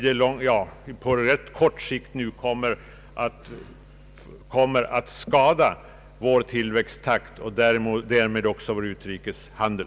Den kommer att på ganska kort sikt skada vår tillväxttakt och därmed också vår utrikeshandel.